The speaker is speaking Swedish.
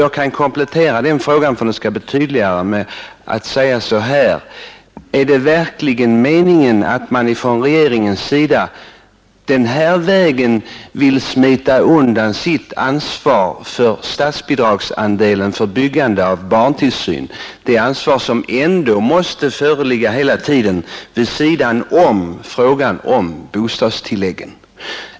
För att göra det tydligare kan jag komplettera frågan med att säga så här: Är det verkligen meningen att man från regeringens sida på den här vägen vill smita undan sitt ansvar för statsbidragsandelen för ordnandet av barntillsyn, det ansvar som ju ändå hela tiden måste finnas vid sidan om bostadstilläggen?